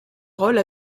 rôle